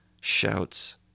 shouts